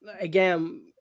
Again